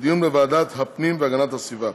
לוועדת הפנים והגנת הסביבה.